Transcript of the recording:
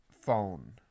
phone